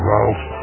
Ralph